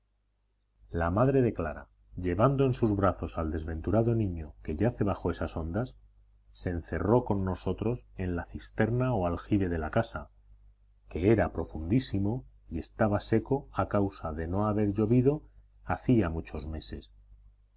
la madre de clara llevando en sus brazos al desventurado niño que yace bajo esas ondas se encerró con nosotros en la cisterna o aljibe de la casa que era profundísimo y estaba seco a causa de no haber llovido hacía muchos meses